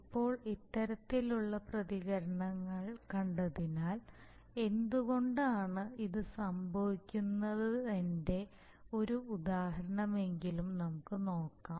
ഇപ്പോൾ ഇത്തരത്തിലുള്ള പ്രതികരണങ്ങൾ കണ്ടതിനാൽ എന്തുകൊണ്ടാണ് ഇത് സംഭവിക്കുന്നതെന്നതിന്റെ ഒരു ഉദാഹരണമെങ്കിലും നമുക്ക് നോക്കാം